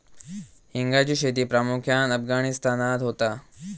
हिंगाची शेती प्रामुख्यान अफगाणिस्तानात होता